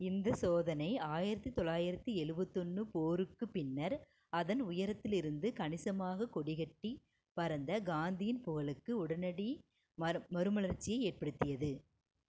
இந்தச் சோதனை ஆயிரத்து தொள்ளாயிரத்து எழுபத்தொன்னு போருக்குப் பின்னர் அதன் உயரத்திலிருந்து கணிசமாகக் கொடிகட்டிப் பறந்த காந்தியின் புகழுக்கு உடனடி மறுமலர்ச்சியை ஏற்படுத்தியது